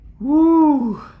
woo